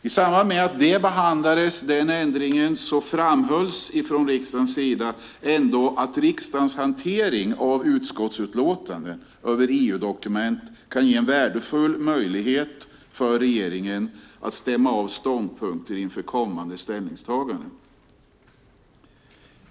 I samband med att den ändringen behandlades framhölls det ändå från riksdagens sida att riksdagens hantering av utskottsutlåtanden över EU-dokument kan ge en värdefull möjlighet för regeringen att stämma av ståndpunkter inför kommande ställningstaganden.